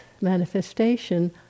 manifestation